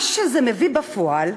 מה שזה מביא בפועל,